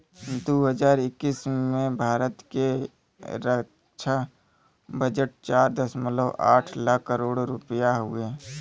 दू हज़ार इक्कीस में भारत के रक्छा बजट चार दशमलव आठ लाख करोड़ रुपिया हउवे